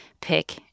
pick